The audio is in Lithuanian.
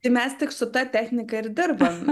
tai mes tik su ta technika ir dirbam